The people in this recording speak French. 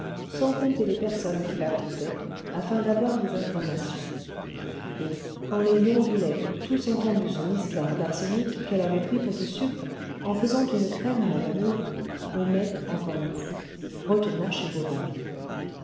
sans compter les personnes qui l'attendaient afin d'avoir des informations et quand les yonvillais eurent tous entendu son histoire d'arsenic qu'elle avait pris pour du sucre en faisant une crème à la vanille homais encore une fois retourna chez bovary